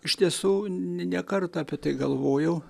iš tiesų ne kartą apie tai galvojau